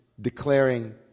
declaring